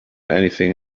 anything